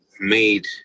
made